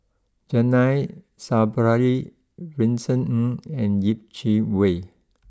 Zainal Sapari Vincent Ng and Yeh Chi Wei